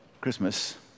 Christmas